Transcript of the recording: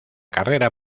carrera